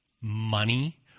money